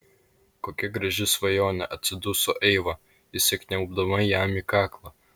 kokia graži svajonė atsiduso eiva įsikniaubdama jam į kaklą